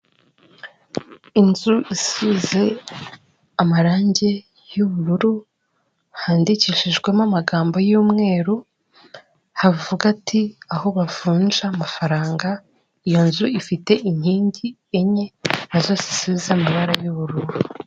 Inzu isize amarangi y'ubururu, handikishijwemo amagambo y'umweru havuga ati: "Aho bavunja amafaranga", iyo nzu ifite inkingi enye, na zo zisize amabara y'ubururu.